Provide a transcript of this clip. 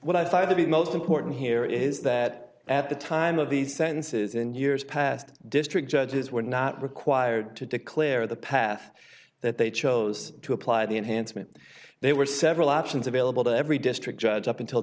be most important here is that at the time of these sentences in years past district judges were not required to declare the path that they chose to apply the enhancement there were several options available to every district judge up until